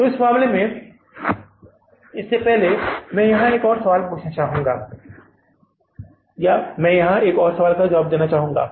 तो इस मामले में इससे पहले मैं यहां एक और सवाल पूछूंगा यहां एक और सवाल का जवाब दूंगा